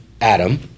Adam